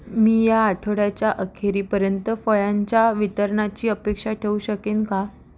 मी या आठवड्याच्या अखेरीपर्यंत फळ्यांच्या वितरणाची अपेक्षा ठेवू शकेन का